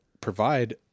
provide